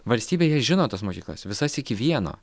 valstybė jie žino tas mokyklas visas iki vieno